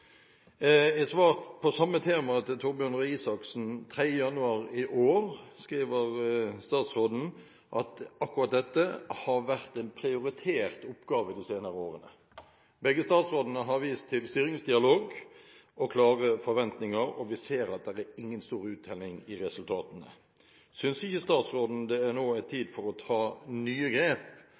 I et svar om samme tema til Torbjørn Røe Isaksen 3. januar i år skriver statsråden at akkurat dette har vært en prioritert oppgave de senere årene. Begge statsrådene har vist til styringsdialog og klare forventninger, men vi ser at det er ingen stor uttelling i resultatene. Synes ikke statsråden det nå er tid for å ta nye grep?